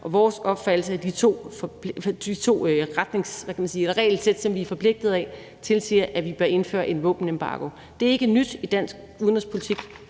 og vores opfattelse af de to regelsæt, som vi er forpligtet af, tilsiger, at vi bør indføre en våbenembargo. Det er ikke nyt i dansk udenrigspolitik.